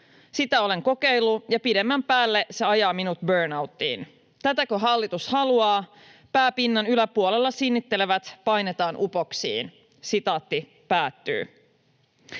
Sitä olen kokeillut, ja pidemmän päälle se ajaa minut burnoutiin. Tätäkö hallitus haluaa? Pää pinnan yläpuolella sinnittelevät painetaan upoksiin.” Pääministeri